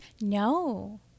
No